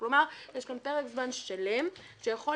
כלומר, יש כאן פרק זמן שלם שיכול